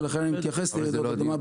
ולכן אני מתייחס לרעידות אדמה,